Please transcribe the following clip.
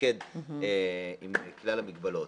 לתפקד עם כלל המגבלות.